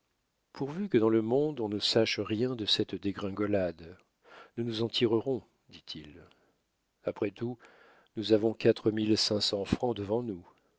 pourvu que dans le monde on ne sache rien de cette dégringolade nous nous en tirerons dit-il après tout nous avons quatre mille cinq cents francs devant nous